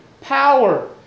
power